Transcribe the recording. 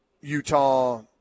Utah